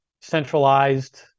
centralized